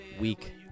week